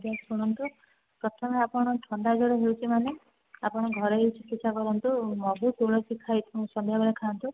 ଆଜ୍ଞା ଶୁଣନ୍ତୁ ପ୍ରଥମେ ଆପଣ ଥଣ୍ଡା ଜ୍ୱର ହେଉଛି ମାନେ ଆପଣ ଘରୋଇ ଚିକତ୍ସା କରନ୍ତୁ ମହୁ ତୁଳସୀ ଖାଇ ସନ୍ଧ୍ୟା ବେଳେ ଖାଆନ୍ତୁ